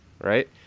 Right